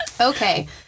Okay